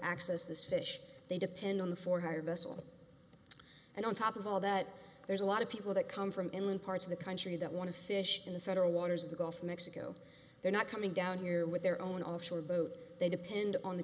access this fish they depend on the for hire vessel and on top of all that there's a lot of people that come from inland parts of the country that want to fish in the federal waters of the gulf of mexico they're not coming down here with their own offshore but they depend on the